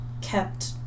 kept